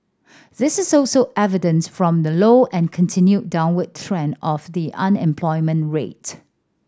this is also evident from the low and continued downward trend of the unemployment rate